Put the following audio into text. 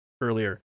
earlier